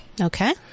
okay